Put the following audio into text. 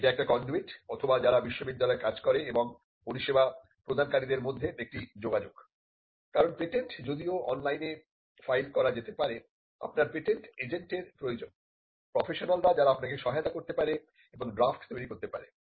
এটি একটা কন্ডুইট অথবা যারা বিশ্ববিদ্যালয়ে কাজ করে এবং পরিষেবা প্রদানকারীদের মধ্যে একটি যোগাযোগ কারণ পেটেন্ট যদিও অনলাইনে ফাইল করা যেতে পারে আপনার পেটেন্ট এজেন্টের প্রয়োজন প্রফেশনালরা যারা আপনাকে সহায়তা করতে পারে এবং ড্রাফ্ট তৈরি করতে পারে